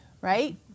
Right